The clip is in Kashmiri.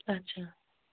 اچھا